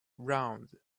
round